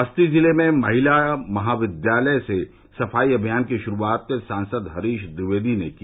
बस्ती जिले में महिला महाविद्यालय से सफाई अभियान की शुरूआत सांसद हरीश द्विवेदी ने किया